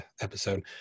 episode